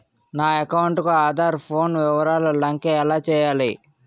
నా అకౌంట్ కు ఆధార్, పాన్ వివరాలు లంకె ఎలా చేయాలి?